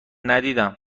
ندیدم